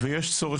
יש צורך,